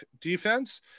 defense